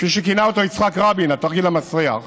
כפי שכינה אותו יצחק רבין, בתרגיל המסריח,